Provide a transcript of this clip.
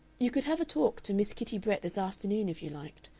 you could have a talk to miss kitty brett this afternoon, if you liked.